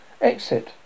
Exit